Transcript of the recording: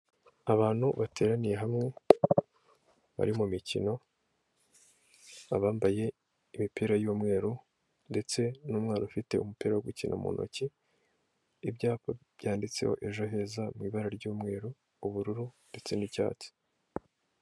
Abantu bateraniye hamwe bari mu mikino abambaye imipira y'umweru ndetse n'umwana ufite umupira wo gukina mu ntoki, ibyapa byanditseho ejo heza mu ibara ry'umweru ubururu ndetse n'icyatsi.